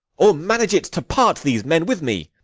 or manage it to part these men with me.